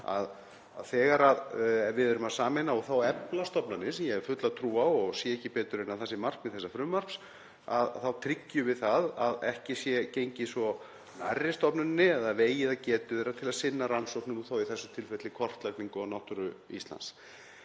þegar við erum að sameina og efla stofnanir, sem ég hef fulla trú á og sé ekki betur en að það sé markmið þessa frumvarps, þá tryggjum við að ekki sé gengið of nærri stofnunum eða vegið að getu þeirra til að sinna rannsóknum, í þessu tilfelli kortlagningu á náttúru Íslands.